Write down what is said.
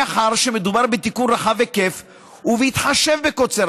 מאחר שמדובר בתיקון רחב היקף ובהתחשב בקוצר